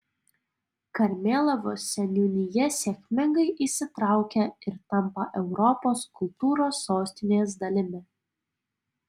karmėlavos seniūnija sėkmingai įsitraukia ir tampa europos kultūros sostinės dalimi